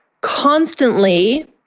constantly